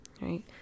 Right